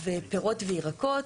פירות וירקות,